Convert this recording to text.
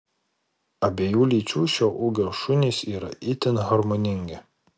abiejų lyčių šio ūgio šunys yra itin harmoningi